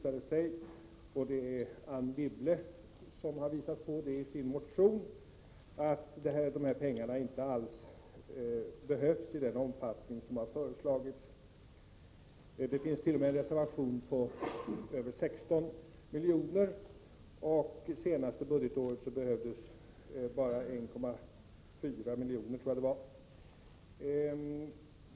Anne Wibble har i en motion påvisat att dessa pengar inte alls behövs i föreslagen omfattning. Det finns t.o.m. reservationsanslag på över 16 milj.kr., och det senaste budgetåret behövdes bara 1,4 miljoner.